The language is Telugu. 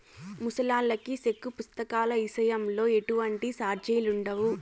ముసలాల్లకి సెక్కు పుస్తకాల ఇసయంలో ఎటువంటి సార్జిలుండవు